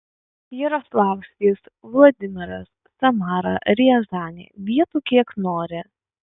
jaroslavlis vladimiras samara riazanė vietų kiek nori